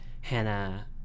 Hannah